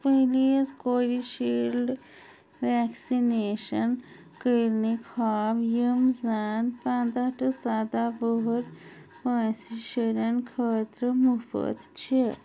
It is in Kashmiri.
please Covishield vaccination clinic ہاو یِم زن پنٛداہ ٹُو سدا وُہُر وٲنٛسہِ شُرٮ۪ن خٲطرٕ مُفٕط چھِ